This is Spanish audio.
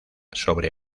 sobre